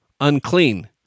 unclean